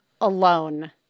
alone